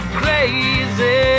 crazy